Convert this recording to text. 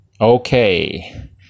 Okay